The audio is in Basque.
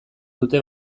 dute